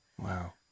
Wow